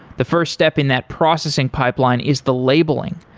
the first step in that processing pipeline is the labeling,